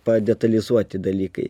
padetalizuoti dalykai